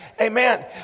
Amen